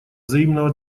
взаимного